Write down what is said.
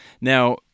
Now